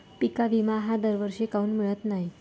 पिका विमा हा दरवर्षी काऊन मिळत न्हाई?